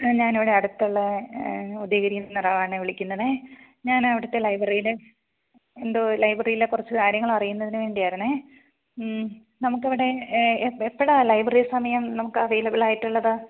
ആ ഞാൻ ഇവിടെ അടുത്തുള്ളതാണ് ഡിഗ്രീ നറാണെ വിളിക്കുന്നത് ഞാൻ അവിടുത്തെ ലൈബ്രറീടെ എന്തോ ലൈബ്രറീലെ കുറച്ച് കാര്യങ്ങൾ അറിയുന്നതിനു വേണ്ടിയായിരുന്നു നമുക്ക് അവിടെ എപ്പോഴാണ് ലൈബ്രറീ സമയം നമുക്കവയിലബ്ലായിട്ട് ഉള്ളത്